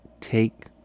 take